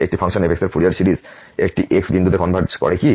একটি function f এর Fourier series একটি x বিন্দুতে কনভারজ করে কি